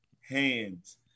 hands